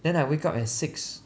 then I wake up at six